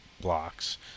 blocks